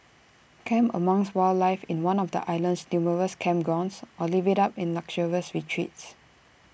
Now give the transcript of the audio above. camp amongst wildlife in one of the island's numerous campgrounds or live IT up in luxurious retreats